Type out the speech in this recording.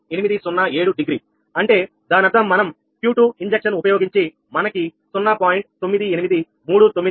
807 degree అంటే దాని అర్థం మనం Q2 ఇంజక్షన్ ఉపయోగించి మనకి 0